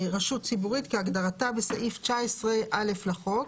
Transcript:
"רשות ציבורית" כהגדרתה בסעיף 19א לחוק.